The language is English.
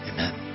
Amen